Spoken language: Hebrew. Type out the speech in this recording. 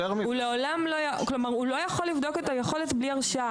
הוא לא יכול לבדוק את היכולת בלי הרשאה.